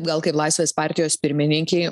gal kaip laisvės partijos pirmininkei